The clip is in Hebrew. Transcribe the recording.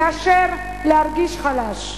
מאשר להרגיש חלש.